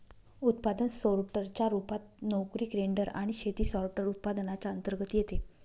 उत्पादन सोर्टर च्या रूपात, नोकरी ग्रेडर आणि शेती सॉर्टर, उत्पादनांच्या अंतर्गत येते